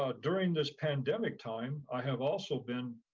ah during this pandemic time i have also been,